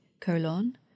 colon